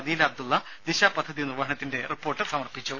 അദീല അബ്ദുള്ള ദിശ പദ്ധതി നിർവഹണത്തിന്റെ റിപ്പോർട്ട് സമർപ്പിച്ചു